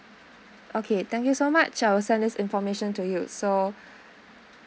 okay thank you so much I will send this information to you so